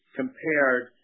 compared